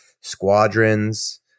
Squadrons